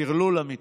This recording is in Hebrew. טרלול אמיתי.